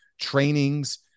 trainings